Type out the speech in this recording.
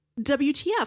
WTF